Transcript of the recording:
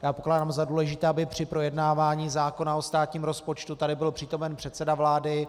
Já pokládám za důležité, aby při projednávání zákona o státním rozpočtu tady byl přítomen předseda vlády.